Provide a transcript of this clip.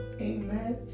Amen